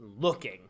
looking